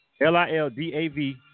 L-I-L-D-A-V